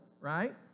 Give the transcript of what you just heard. right